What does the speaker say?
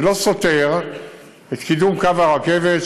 זה לא סותר את קידום קו הרכבת,